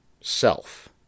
self